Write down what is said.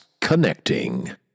Connecting